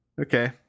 Okay